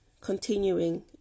continuing